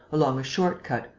along a shortcut,